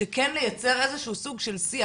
כן לייצר איזשהו סוג של שיח.